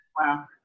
Wow